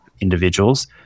individuals